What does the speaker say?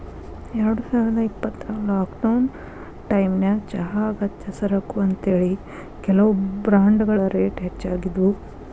ಎರಡುಸಾವಿರದ ಇಪ್ಪತ್ರಾಗ ಲಾಕ್ಡೌನ್ ಟೈಮಿನ್ಯಾಗ ಚಹಾ ಅಗತ್ಯ ಸರಕು ಅಂತೇಳಿ, ಕೆಲವು ಬ್ರಾಂಡ್ಗಳ ರೇಟ್ ಹೆಚ್ಚಾಗಿದ್ವು